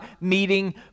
meeting